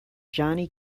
johnny